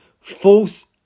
False